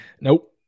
Nope